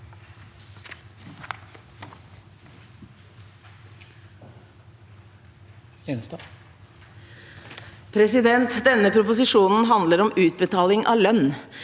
Denne proposisjonen handler om utbetaling av lønn.